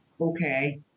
Okay